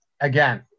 again